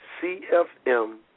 C-F-M